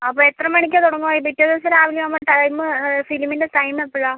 അപ്പം എത്ര മണിക്കാണ് തുടങ്ങുക പിറ്റേ ദിവസം രാവിലെ ആവുമ്പം ടൈം ഫിലിമിൻ്റ ടൈം എപ്പോഴാണ്